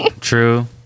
true